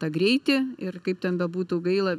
tą greitį ir kaip ten bebūtų gaila